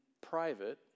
private